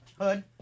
Hood